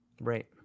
Right